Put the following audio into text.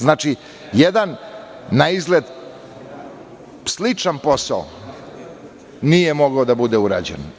Znači, jedan naizgled sličan posao nije mogao da bude urađen.